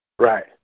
Right